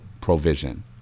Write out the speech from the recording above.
provision